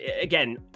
again